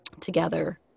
together